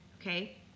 okay